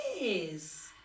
yes